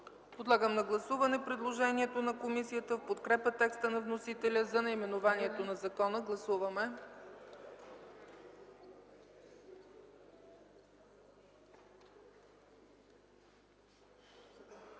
Подлагам на гласуване предложението на комисията в подкрепа текста на вносителя за наименованието на законопроекта. Гласували